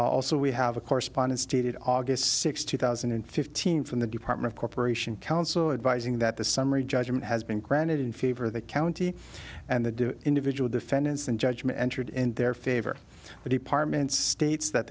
also we have a correspondence dated august sixth two thousand and fifteen from the department corporation counsel advising that the summary judgment has been granted in favor of the county and the individual defendants and judgment entered in their favor but he partment states that